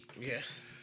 Yes